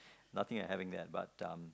nothing I'm having there but um